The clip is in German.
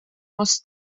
muss